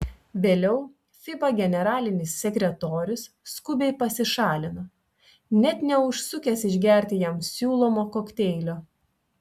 vėliau fiba generalinis sekretorius skubiai pasišalino net neužsukęs išgerti jam siūlomo kokteilio